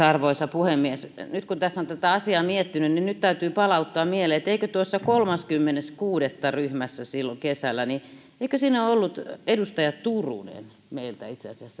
arvoisa puhemies nyt kun tässä on tätä asiaa miettinyt täytyy palauttaa mieleen että tuossa kolmaskymmenes kuudetta ryhmässä silloin kesällä eikö siinä ollut edustaja turunen meiltä itse asiassa